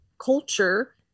culture